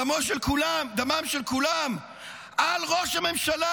דמם של כולם על ראש הממשלה.